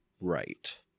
Right